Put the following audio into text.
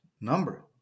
number